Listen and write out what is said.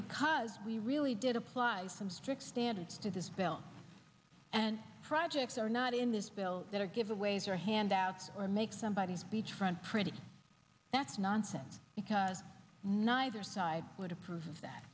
because we really did apply some strict standards to dispell and projects are not in this bill that are giveaways or handouts or make somebody's beach front pretty that's nonsense because neither side would approve of that